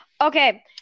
Okay